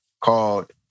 called